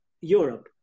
Europe